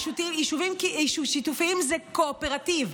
יישובים שיתופיים זה קואופרטיב,